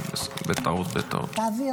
בבקשה.